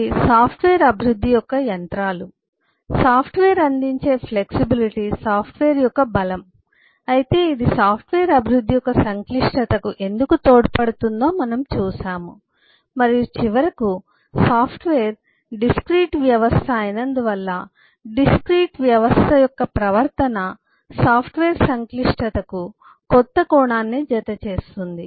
అవి సాఫ్ట్వేర్ అభివృద్ధి యొక్క యంత్రాలు సాఫ్ట్వేర్ అందించే ఫ్లెక్సిబిలిటీ సాఫ్ట్వేర్ యొక్క బలం అయితే ఇది సాఫ్ట్వేర్ అభివృద్ధి యొక్క సంక్లిష్టతకు ఎందుకు తోడ్పడుతుందో మనము చూశాము మరియు చివరకు సాఫ్ట్వేర్ డిస్క్రీట్ వ్యవస్థ అయినందువల్ల డిస్క్రీట్ వ్యవస్థ యొక్క ప్రవర్తన సాఫ్ట్వేర్ సంక్లిష్టతకు కొత్త కోణాన్ని జత చేస్తుంది